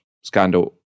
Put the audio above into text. scandal